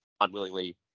unwillingly